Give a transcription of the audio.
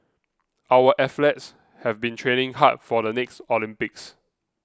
our athletes have been training hard for the next Olympics